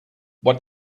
what